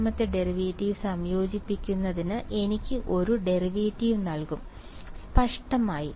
രണ്ടാമത്തെ ഡെറിവേറ്റീവ് സംയോജിപ്പിക്കുന്നത് എനിക്ക് ആദ്യ ഡെറിവേറ്റീവ് നൽകും സ്പഷ്ടമായി